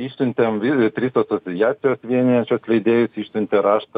išsiuntėm vi trys asociacijos vienijančios leidėjus išsiuntė raštą